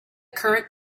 current